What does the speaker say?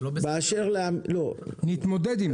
זה לא בסדר --- נתמודד עם זה.